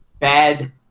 bad